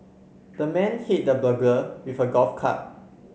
the man hit the burglar with a golf club